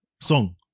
Song